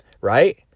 right